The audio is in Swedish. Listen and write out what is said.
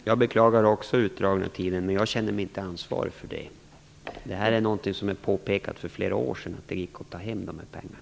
Fru talman! Jag beklagar också den utdragna tiden. Men jag känner mig inte ansvarig för det. Det har påpekats för flera år sedan att det gick att ta hem de här pengarna.